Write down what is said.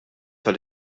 tal